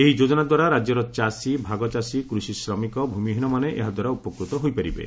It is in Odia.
ଏହି ଯୋଜନା ଦ୍ୱାରା ରାଜ୍ୟର ଚାଷୀ ଭାଗଚାଷୀ କୃଷି ଶ୍ରମିକ ଭୂମିହୀନମାନେ ଏହା ଦ୍ୱାରା ଉପକୃତ ହୋଇପାରିବେ